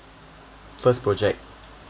first project